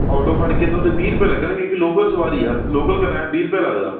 auto ਫੜ ਕੇ ਤੁਹਾਡੇ ਵੀਹ ਰੁਪਏ ਲੱਗਣਗੇ ਕੇ ਲੋਕਲ ਸਵਾਰੀ ਆ ਲੋਕਲ ਕਿਰਾਇਆ ਵੀਹ ਰੁਪਏ ਲੱਗਦਾ